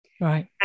Right